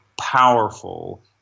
powerful